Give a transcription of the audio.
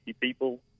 people